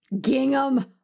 Gingham